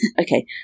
Okay